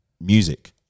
music